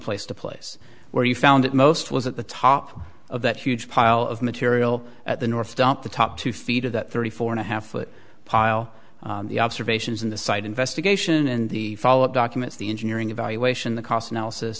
place to place where you found it most was at the top of that huge pile of material at the north dumped the top two feet of that thirty four and a half foot pile the observations in the site investigation and the follow up documents the engineering evaluation the cost analysis